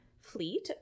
fleet